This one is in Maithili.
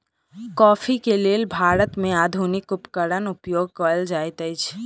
कॉफ़ी के लेल भारत में आधुनिक उपकरण उपयोग कएल जाइत अछि